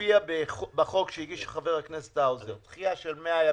שהופיע בחוק שהגיש חבר הכנסת האוזר על דחייה של 100 ימים,